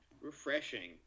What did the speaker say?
refreshing